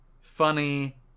funny